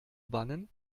bannen